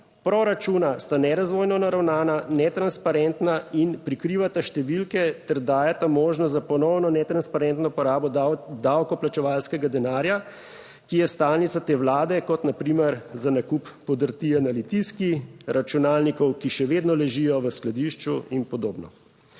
proračuna sta nerazvojno naravnana, netransparentna in prikrivata številke ter dajeta možnost za ponovno netransparentno porabo davkoplačevalskega denarja, ki je stalnica te Vlade, kot na primer za nakup podrtije na Litijski, računalnikov, ki še vedno ležijo v skladišču in podobno.